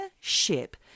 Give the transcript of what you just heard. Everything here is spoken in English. ship